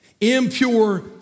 impure